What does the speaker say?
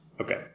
Okay